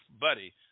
buddy